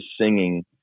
singing